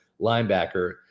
linebacker